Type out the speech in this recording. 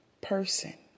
person